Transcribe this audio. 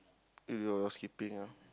you your housekeeping ah